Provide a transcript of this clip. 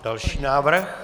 Další návrh.